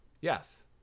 Yes